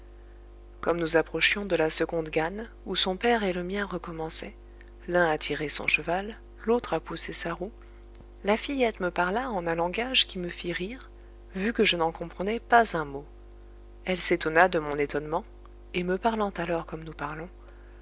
comme nous approchions de la seconde gâne où son père et le mien recommençaient l'un à tirer son cheval l'autre a pousser sa roue la fillette me parla en un langage qui me fit rire vu que je n'en comprenais pas un mot elle s'étonna de mon étonnement et me parlant alors comme nous parlons